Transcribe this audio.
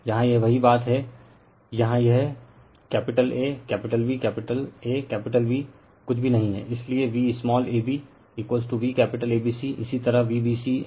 यहाँ यह वही बात है यहाँ यह capital A capital B capital Aकैपिटल B कुछ भी नही हैं इसीलिए V small ab V capital ABC इसी तरह Vbc एंगल VCL के लिए